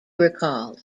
recalled